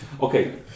Okay